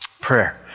Prayer